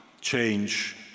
change